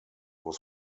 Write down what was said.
was